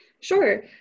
Sure